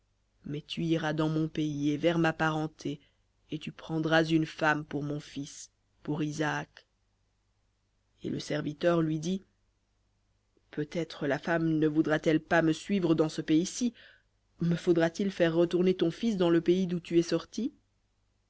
mais tu iras dans mon pays et vers ma parenté et tu prendras une femme pour mon fils pour isaac et le serviteur lui dit peut-être la femme ne voudra-t-elle pas me suivre dans ce pays-ci me faudra-t-il faire retourner ton fils dans le pays d'où tu es sorti